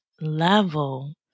level